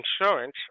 insurance